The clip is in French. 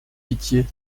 pitié